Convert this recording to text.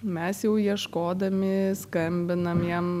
mes jau ieškodami skambinam jam